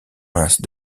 minces